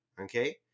okay